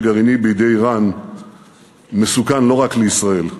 גרעיני בידי איראן מסוכן לא רק לישראל.